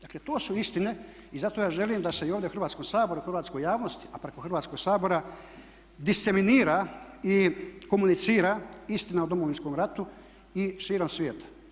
Dakle, to su istine i zato ja želim da se i ovdje u Hrvatskom saboru i hrvatskoj javnosti, a preko Hrvatskog sabora disceminira i komunicira istina o Domovinskom ratu i širom svijeta.